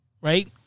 right